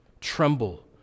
tremble